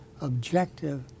objective